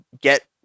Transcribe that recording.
get